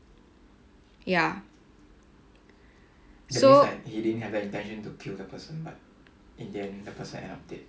ya so